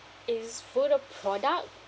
is food a product